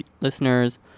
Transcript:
listeners